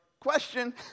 question